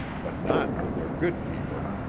but not when they're good people.